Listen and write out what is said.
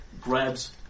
grabs